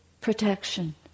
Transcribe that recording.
protection